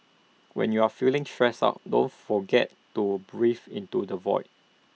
when you are feeling stressed out don't forget to breathe into the void